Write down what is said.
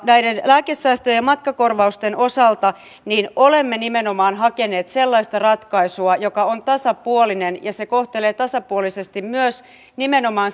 näiden lääkesäästöjen ja matkakorvausten osalta olemme nimenomaan hakeneet sellaista ratkaisua joka on tasapuolinen ja se kohtelee tasapuolisesti myös nimenomaan